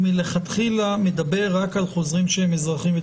מלכתחילה מדבר רק על חוזרים שהם אזרחים.